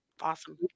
awesome